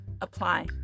apply